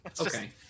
Okay